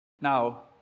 Now